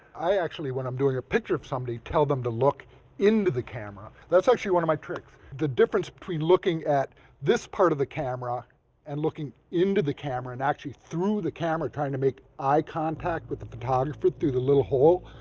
i actually, when i'm doing a picture of somebody, tell them to look into the camera. that's actually one of my tricks. the difference between looking at this part of the camera and looking into the camera and actually through the camera, trying to make eye contact with the photographer through the little hole,